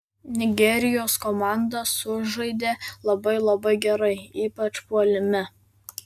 nigerijos komanda sužaidė labai labai gerai ypač puolime